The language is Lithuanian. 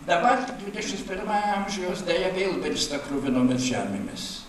dabar dvidešims pirmajam amžiui jos deja vėl virsta kruvinomis žemėmis